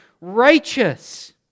righteous